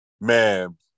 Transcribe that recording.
Man